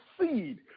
seed